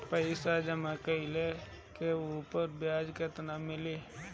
पइसा जमा कइले पर ऊपर ब्याज केतना मिली?